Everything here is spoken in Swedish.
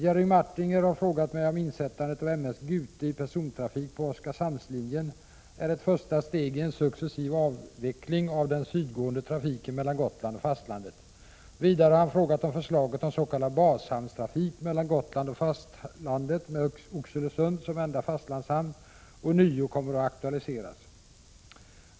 Jerry Martinger har frågat mig om insättandet av M/S Gute i persontrafik på Oskarshamnslinjen är ett första steg i en successiv avveckling av den sydgående trafiken mellan Gotland och fastlandet. Vidare har han frågat om förslaget om s.k. bashamnstrafik mellan Gotland och fastlandet med Oxelösund som enda fastlandshamn ånyo kommer att aktualiseras.